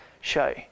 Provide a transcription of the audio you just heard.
show